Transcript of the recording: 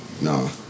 No